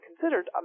considered